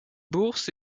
bourse